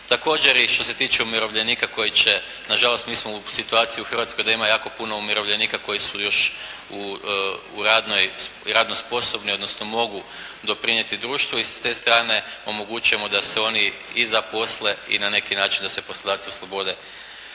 Također i što se tiče umirovljenika koji će, na žalost mi smo u situaciji u Hrvatskoj da ima jako puno umirovljenika koji su još radno sposobni, odnosno mogu doprinijeti društvu i s te strane omogućujemo da se oni i zaposle i na neki način da se poslodavci oslobode